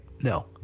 No